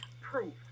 proof